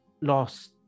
lost